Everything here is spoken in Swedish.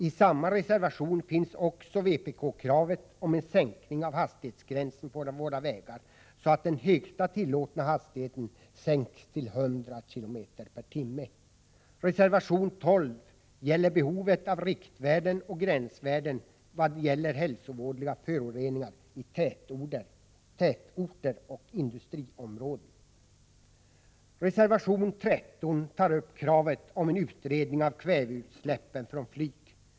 I samma reservation finns också vpk-kravet om en sänkning av hastighetsgränsen på våra vägar, så att den högsta tillåtna hastigheten sänks till 100 km/tim. Reservation 13 tar upp kravet om en utredning av kväveutsläppen från flygplan.